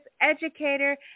Educator